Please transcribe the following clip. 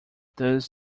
does